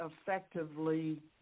effectively